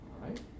right